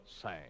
sang